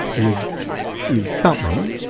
is is something,